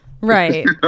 Right